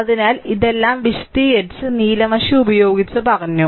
അതിനാൽ ഇതെല്ലാം വിശദീകരിച്ച് നീല മഷി ഉപയോഗിച്ച് പറഞ്ഞു